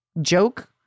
joke